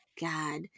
God